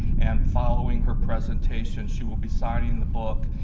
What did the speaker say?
and following her presentation she will be signing the book.